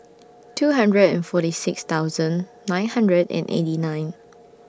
two hundred and forty six thousand nine hundred and eighty nine